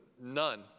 none